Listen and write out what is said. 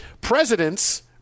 Presidents